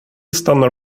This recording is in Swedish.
stannar